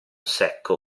secco